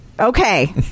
Okay